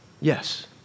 Yes